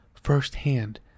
firsthand